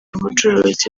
ubucuruzi